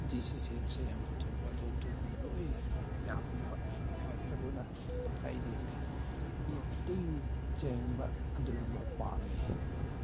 ꯗꯤꯁꯤꯖꯟꯁꯦ ꯌꯥꯝ ꯄꯨꯊꯣꯛꯄꯗꯣ ꯑꯗꯨꯒꯨꯝ ꯂꯣꯏ ꯌꯥꯕꯅꯦꯕ ꯑꯗꯨꯅ ꯍꯥꯏꯗꯤ ꯅꯨꯡꯇꯤꯒꯤ ꯆꯦꯟꯕ ꯑꯗꯨꯒꯨꯝꯕ ꯄꯥꯝꯃꯦ